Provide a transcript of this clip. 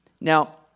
Now